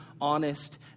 honest